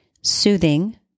soothing